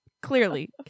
clearly